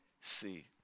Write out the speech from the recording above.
see